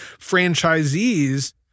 franchisees